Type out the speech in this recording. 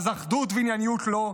אז אחדות וענייניות לא,